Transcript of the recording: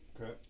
Okay